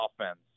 offense